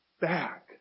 back